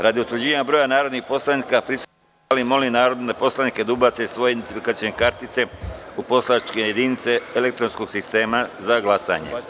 Radi utvrđivanja broja narodnih poslanika prisutnih u sali, molim narodne poslanike da ubace svoje identifikacione kartice u poslaničke jedinice elektronskog sistema za glasanje.